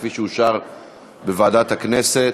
כפי שאושרה בוועדת הכנסת.